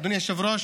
אדוני היושב-ראש